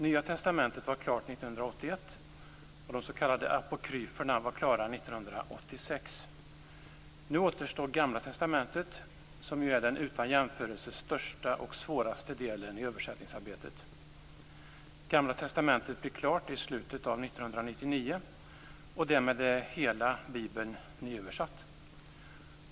Nya testamentet var klart 1981, och de s.k. Apokryferna var klara 1986. Nu återstår Gamla testamentet, som är den utan jämförelse största och svåraste delen i översättningsarbetet. Gamla testamentet blir klart i slutet av 1999, och därmed är hela Bibeln nyöversatt.